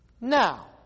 Now